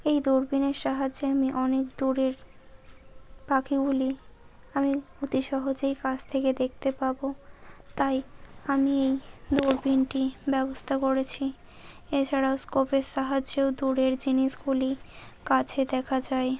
এই দূরবিনের সাহায্যে আমি অনেক দূরের পাখিগুলি আমি অতি সহজেই কাছ থেকে দেখতে পাব তাই আমি এই দূরবিনটি ব্যবস্থা করেছি এছাড়াও স্কোপের সাহায্যেও দূরের জিনিসগুলি কাছে দেখা যায়